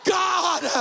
god